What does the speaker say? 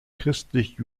christlich